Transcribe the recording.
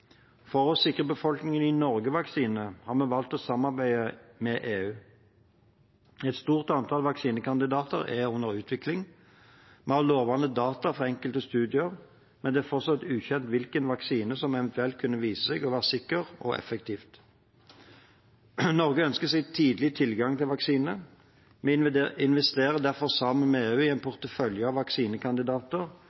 For å sikre befolkningen i Norge vaksine har vi valgt å samarbeide med EU. Et stort antall vaksinekandidater er under utvikling. Vi har lovende data fra enkelte studier, men det er fortsatt ukjent hvilke vaksiner som eventuelt vil kunne vise seg å være sikre og effektive. Norge ønsker tidlig tilgang til vaksine. Vi investerer derfor sammen med EU i en